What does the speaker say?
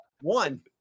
one